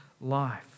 life